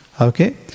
Okay